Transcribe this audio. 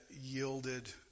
yielded